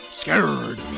scared